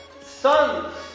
sons